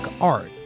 art